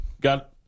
Got